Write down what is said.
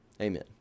Amen